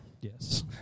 Yes